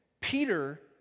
Peter